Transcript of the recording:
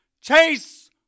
Chase